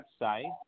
website